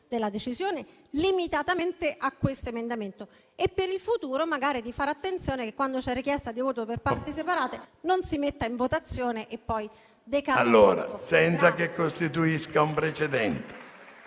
della decisione, limitatamente a questo emendamento, e per il futuro magari di fare attenzione al fatto che, quando c'è una richiesta di voto per parti separate, non si metta in votazione, perché poi